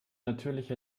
natürliche